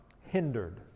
hindered